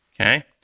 Okay